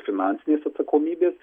finansinės atsakomybės